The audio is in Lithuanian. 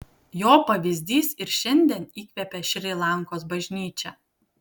jo pavyzdys ir šiandien įkvepia šri lankos bažnyčią